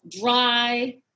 Dry